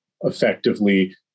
effectively